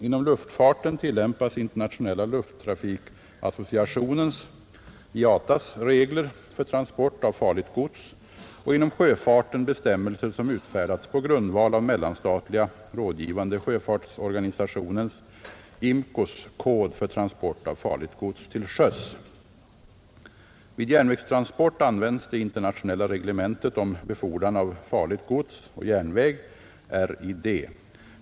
Inom luftfarten tillämpas Internationella lufttrafikassociationens, IATA:s, regler för transport av farligt gods och inom sjöfarten bestämmelser som utfärdats på grundval av Mellanstatliga rådgivande sjöfartsorganisationens, IMCO:s, kod för transport av farligt gods till sjöss. Vid järnvägstransport används det internationella reglementet om befordran av farligt gods å järnväg, RID.